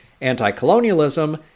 anti-colonialism